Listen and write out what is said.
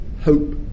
hope